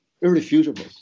irrefutable